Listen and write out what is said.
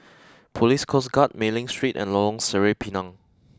Police Coast Guard Mei Ling Street and Lorong Sireh Pinang